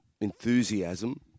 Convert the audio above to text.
enthusiasm